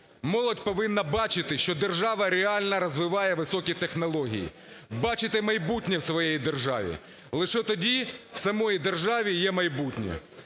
Молодь повинна бачити, що держава реально розвиває високі технології, бачити майбутнє в своїй державі, лише тоді в самій державі є майбутнє.